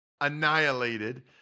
annihilated